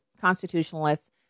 constitutionalists